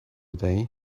day